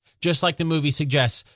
just like the movie suggests,